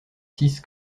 six